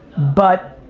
but